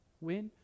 Win